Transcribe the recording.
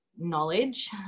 knowledge